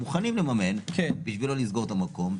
הם מוכנים לממן בשביל לא לסגור את המקום.